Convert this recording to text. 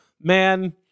man